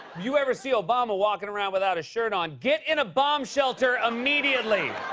you ever see obama walkin' around without a shirt on, get in a bomb shelter immediately!